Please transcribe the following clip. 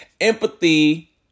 Empathy